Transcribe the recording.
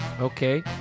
okay